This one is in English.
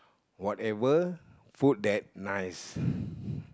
whatever food that nice